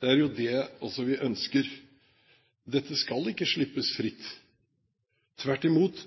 Det er jo også det vi ønsker. Dette skal ikke slippes fritt. Tvert imot